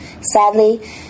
Sadly